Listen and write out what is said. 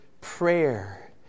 prayer